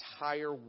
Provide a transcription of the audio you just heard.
entire